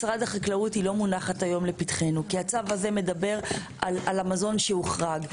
החקלאות לא מונחת היום לפתחנו כי הצו הזה מדבר על המזון שהוחרג.